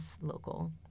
local